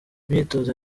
imyitozo